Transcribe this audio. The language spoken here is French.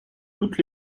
toutes